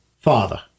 father